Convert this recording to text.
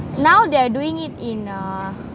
now they're doing it in a